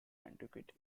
antiquity